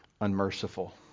unmerciful